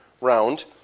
round